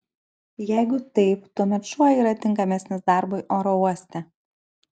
jeigu taip tuomet šuo yra tinkamesnis darbui oro uoste